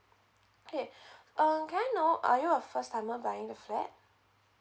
okay err can I know are you a first timer buying the flat